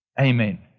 Amen